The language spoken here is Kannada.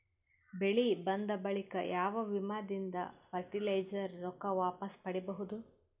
ಬೆಳಿ ಬಂದ ಬಳಿಕ ಯಾವ ವಿಮಾ ದಿಂದ ಫರಟಿಲೈಜರ ರೊಕ್ಕ ವಾಪಸ್ ಪಡಿಬಹುದು?